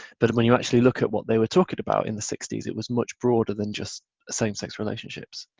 but when you actually look at what they were talking about in the sixty s it was much broader than just same-sex relationships.